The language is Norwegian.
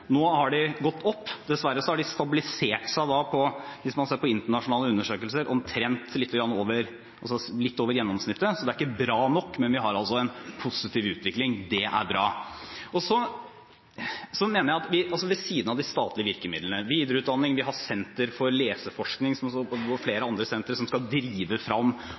nå har de gått opp. Hvis man ser på internasjonale undersøkelser, har de dessverre stabilisert seg omtrent litt over gjennomsnittet, så det er ikke bra nok, men vi har en positiv utvikling, og det er bra. Så mener jeg at ved siden av de statlige virkemidlene, som videreutdanning, Nasjonalt senter for leseopplæring og leseforskning og flere andre sentre som skal drive